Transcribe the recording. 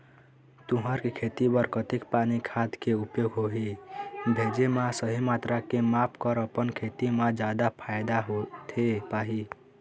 तुंहर के खेती बर कतेक पानी खाद के उपयोग होही भेजे मा सही मात्रा के माप कर अपन खेती मा जादा फायदा होथे पाही?